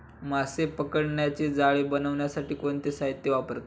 मासे पकडण्याचे जाळे बनवण्यासाठी कोणते साहीत्य वापरतात?